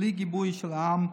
בלי גיבוי של העם,